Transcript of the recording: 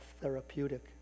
therapeutic